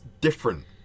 different